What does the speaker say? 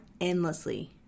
endlessly